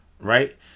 right